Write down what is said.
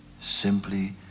Simply